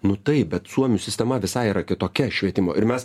nu taip bet suomių sistema visai yra kitokia švietimo ir mes